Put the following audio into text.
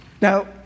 Now